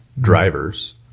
drivers